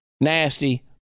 nasty